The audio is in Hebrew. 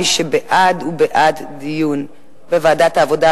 מי שבעד הוא בעד דיון בוועדת העבודה,